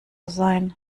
sein